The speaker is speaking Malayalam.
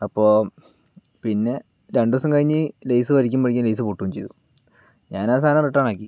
അപ്പോൾ പിന്നെ രണ്ട് ദിവസം കഴിഞ്ഞ് ലേസ് വലിയ്ക്കുമ്പോളേയ്ക്കും ലേസ് പൊട്ടുകയും ചെയ്തു ഞാനാ സാധനം റിട്ടേണാക്കി